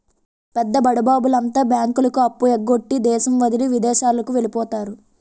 పెద్ద బడాబాబుల అంతా బ్యాంకులకు అప్పు ఎగ్గొట్టి దేశం వదిలి విదేశాలకు వెళ్లిపోతారు